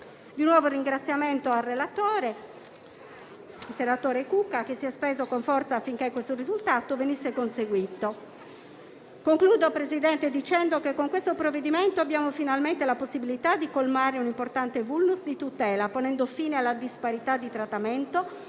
di nuovo un ringraziamento al relatore, senatore Cucca, che si è speso con forza affinché questo risultato venisse conseguito. Signor Presidente, concludo dicendo che con questo provvedimento abbiamo finalmente la possibilità di colmare un importante *vulnus* di tutela, ponendo fine alla disparità di trattamento